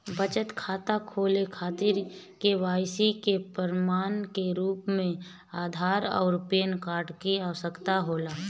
बचत खाता खोले खातिर के.वाइ.सी के प्रमाण के रूप में आधार आउर पैन कार्ड की आवश्यकता होला